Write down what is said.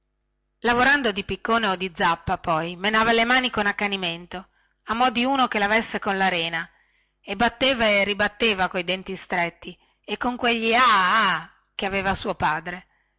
lavorando di piccone o di zappa poi menava le mani con accanimento a mo di uno che lavesse con la rena e batteva e ribatteva coi denti stretti e con quegli ah ah che aveva suo padre